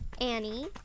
Annie